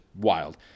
wild